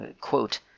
quote